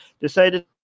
decided